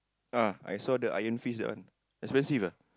ah I saw the Iron Fist that one expensive ah